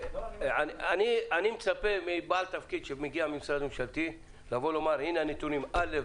אני מצפה מבעל תפקיד שמגיע ממשרד ממשלתי לומר: הנה הנתונים: א',